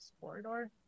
corridor